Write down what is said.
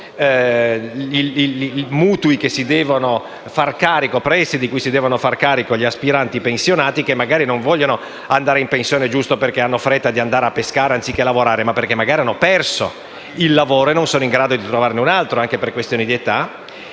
i mutui e i prestiti di cui si devono far carico gli aspiranti pensionati. Questi ultimi non è che vogliano andare in pensione giusto perché hanno fretta di andare a pescare anziché andare al lavoro, ma perché magari hanno perso il lavoro e non sono in grado di trovarne un altro, anche per questioni di età.